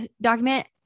document